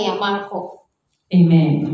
Amen